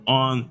on